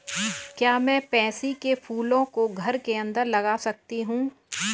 क्या मैं पैंसी कै फूलों को घर के अंदर लगा सकती हूं?